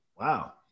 wow